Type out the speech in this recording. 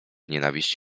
nienawiść